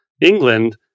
England